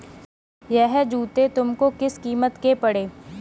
यह जूते तुमको किस कीमत के पड़े?